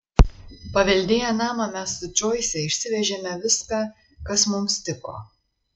paveldėję namą mes su džoise išsivežėme viską kas mums tiko